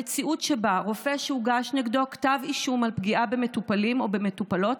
המציאות שבה רופא שהוגש נגדו כתב אישום על פגיעה במטופלים או במטופלות